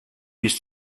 bis